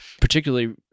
particularly